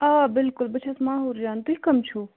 آ بِلکُل بہٕ چھس ماحور جان تُہۍ کٕم چھُو